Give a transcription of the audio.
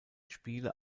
spiele